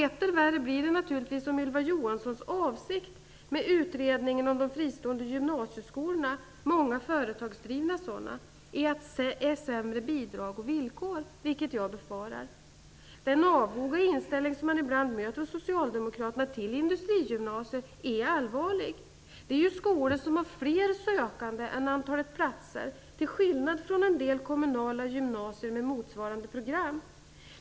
Etter värre blir det naturligtvis om Ylva Johanssons avsikt med utredningen om de fristående gymnasieskolorna, många av dem företagsdrivna, är sämre bidrag och villkor, vilket jag befarar. Den avoga inställning till industrigymnasier som man ibland möter hos socialdemokrater är allvarlig. Dessa skolor har fler sökande än antalet platser till skillnad från en del kommunala gymnasier med motsvarande program.